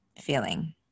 feeling